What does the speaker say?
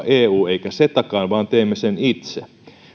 eu eikä cetakaan vaan teemme sen itse